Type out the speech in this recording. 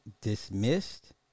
dismissed